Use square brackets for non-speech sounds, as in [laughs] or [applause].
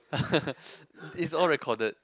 [laughs] it's all recorded